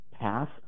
path